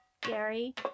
Gary